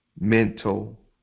mental